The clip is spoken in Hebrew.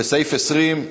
לסעיף 20,